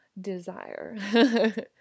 desire